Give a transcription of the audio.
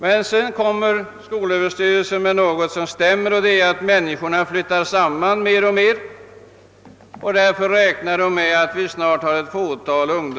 Men sedan kommer skolöverstyrelsen med något som stämmer, nämligen att människorna flyttar samman mer och mer, varigenom glesbygdens ungdomar snart blir fåtaliga.